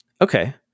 okay